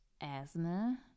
asthma